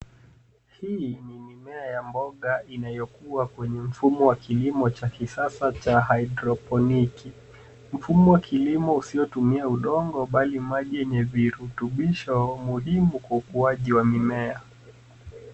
Hii ni mimea ya mboga inayokua kwenye mfumo wa kilimo cha kisasa cha hyroponiki, mfumo wa kilimo usiyotumia udongo bali maji yenye virutubisho muhimu kwa ukuaji wa mimea.